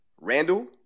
Randall